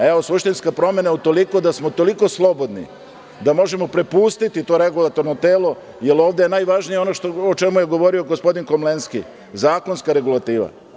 Evo, suštinska promena je utoliko da smo toliko slobodni da možemo prepustiti to regulatorno telo, jer ovde je najvažnije ono o čemu je govorio gospodin Komlenski, zakonska regulativa.